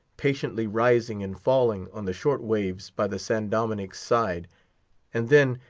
patiently rising and falling, on the short waves by the san dominick's side and then,